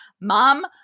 Mom